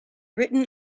written